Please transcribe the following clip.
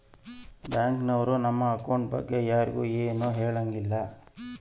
bank ನವ್ರು ನಮ್ account ಬಗ್ಗೆ ಯರ್ಗು ಎನು ಹೆಳಂಗಿಲ್ಲ ಅಂತ